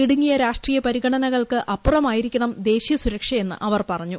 ഇടുങ്ങിയ രാഷ്ട്രീയ പരിഗണനകൾക്ക് അപ്പുറം ആയിരിക്കണം ദേശീയ സുരക്ഷയെന്ന് അവർ പറഞ്ഞു